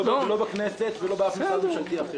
לא בכנסת או במשרד ממשלתי אחר.